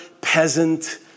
peasant